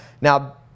Now